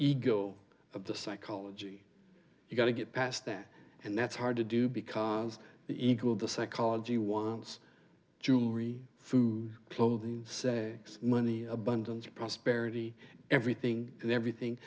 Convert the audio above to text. ego of the psychology you've got to get past that and that's hard to do because the equal the psychology wants jewelry food clothing say money abundance prosperity everything and everything